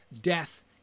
death